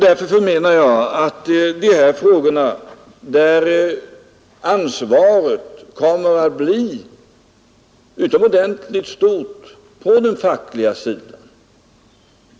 När det gäller dessa frågor kommer ansvaret att bli utomordentligt stort på den fackliga sidan.